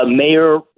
mayor